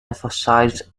emphasized